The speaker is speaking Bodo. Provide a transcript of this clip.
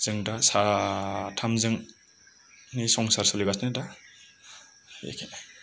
जों दा साथामजोंनि संसार सोलिगासिनो दा बेखिनि